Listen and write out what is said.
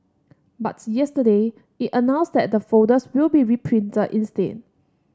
but yesterday it announced that the folders will be reprinted instead